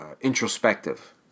introspective